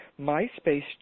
MySpace